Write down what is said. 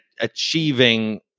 achieving